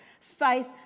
faith